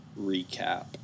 recap